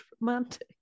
romantic